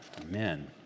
Amen